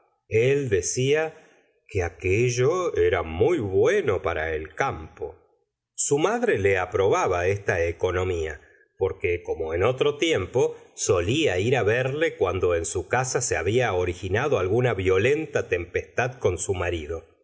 el decía que aquello era muy la señora de bovary bueno para el campo su madre le aprobaba esta economía porque como en otro tiempo solía ir verle cuando en su casa se habla originado alguna violenta tempestad tomo i gustavo flaubert con su marido